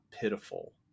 pitiful